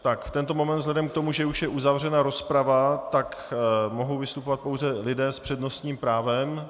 V tento moment vzhledem k tomu, že už je uzavřena rozprava, mohou vystupovat pouze lidé s přednostním právem.